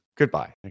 goodbye